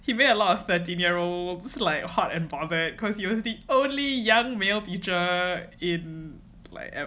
he made a lot of thirteen year old like hot and bothered cause he was the only young male teacher in like ever